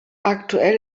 aktuell